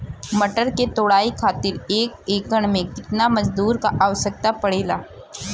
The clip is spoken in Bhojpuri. मटर क तोड़ाई खातीर एक एकड़ में कितना मजदूर क आवश्यकता पड़ेला?